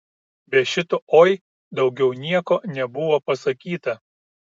be šito oi daugiau nieko nebuvo pasakyta